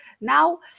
Now